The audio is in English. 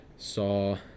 Saw